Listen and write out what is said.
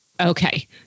Okay